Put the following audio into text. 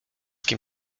kim